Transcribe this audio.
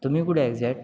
तुम्ही कुठे आहे एक्झॅक्ट